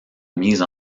mise